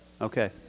Okay